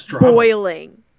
boiling